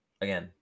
Again